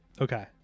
Okay